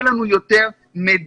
היו מלחמות קשות ונתנו לנו 6 ביום.